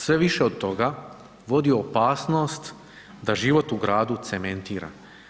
Sve više od toga vodi u opasnost da život u gradu cementiramo.